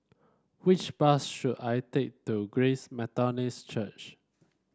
which bus should I take to Grace Methodist Church